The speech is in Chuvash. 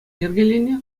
йӗркеленӗ